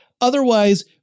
Otherwise